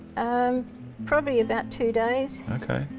um probably about two days. okay.